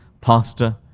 pastor